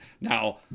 now